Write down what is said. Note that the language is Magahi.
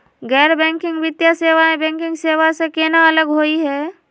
गैर बैंकिंग वित्तीय सेवाएं, बैंकिंग सेवा स केना अलग होई हे?